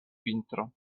vintro